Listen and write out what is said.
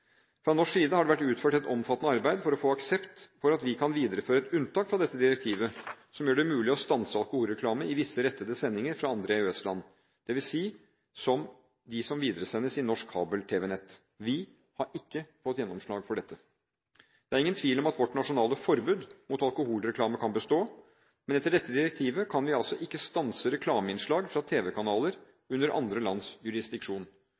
fra andre land. Fra norsk side har det vært utført et omfattende arbeid for å få aksept for at vi kan videreføre et unntak fra dette direktivet som gjør det mulig å stanse alkoholreklame i visse rettede sendinger fra andre EØS-land, dvs. som de som videresendes i norsk kabel-tv-nett. Vi har ikke fått gjennomslag for dette. Det er ingen tvil om at vårt nasjonale forbud mot alkoholreklame kan bestå, men etter dette direktivet kan vi altså ikke stanse reklameinnslag fra tv-kanaler under andre lands jurisdiksjon